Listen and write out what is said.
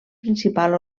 principal